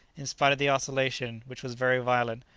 in spite of the oscillation, which was very violent,